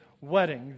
wedding